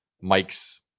Mike's